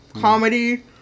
comedy